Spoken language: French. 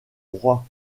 roi